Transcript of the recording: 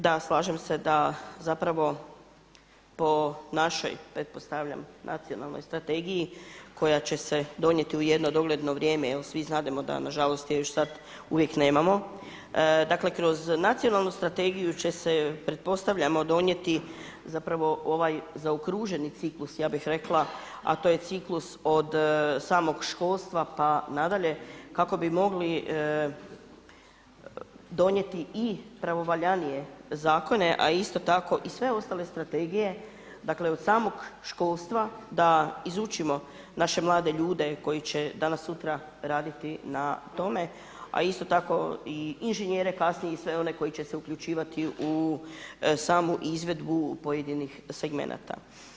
Da, slažem se da zapravo po našoj pretpostavljam nacionalnoj strategiji koja će se donijeti u jedno dogledno vrijeme jel svi znademo da nažalost je još sad uvijek nemamo, dakle kroz nacionalnu strategiju će se pretpostavljamo donijeti ovaj zaokruženi ciklus, ja bih rekla, a to je ciklus od samog školstva pa nadalje kako bi mogli donijeti i pravovaljanije zakone, a isto tako i sve ostale strategije dakle od samog školstva da izučimo naše mlade ljude koji će danas-sutra raditi na tome, a isto tako i inženjere kasnije i sve one koji će se uključivati u samu izvedbu pojedinih segmenata.